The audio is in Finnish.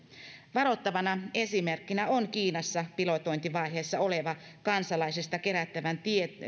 varoittavana esimerkkinä on kiinassa pilotointivaiheessa oleva kansalaisesta kerättävään